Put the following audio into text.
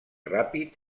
ràpid